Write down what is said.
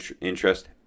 interest